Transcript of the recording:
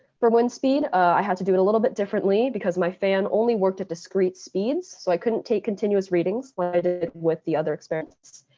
for wind speed, i had to do it a little bit differently because my fan only worked at discrete speeds. so i couldn't take continuous readings i did it with the other experiments.